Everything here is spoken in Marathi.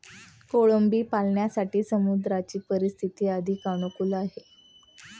कोळंबी पालनासाठी समुद्राची परिस्थिती अधिक अनुकूल आहे